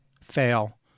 fail